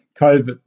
COVID